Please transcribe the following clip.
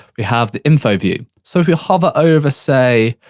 we have the info view. so, if you hover over, say,